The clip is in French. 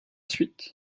suite